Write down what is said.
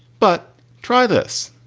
but try this.